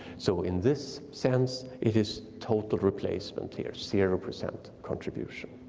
so in this sense it is total replacement here, zero percent contribution.